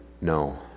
no